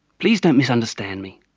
please don't misunderstand me,